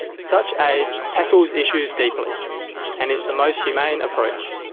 such aid tackles issues deeply and is the most humane approach.